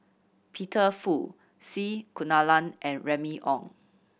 Peter Fu C Kunalan and Remy Ong